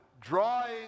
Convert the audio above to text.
drawing